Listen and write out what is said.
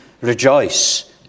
rejoice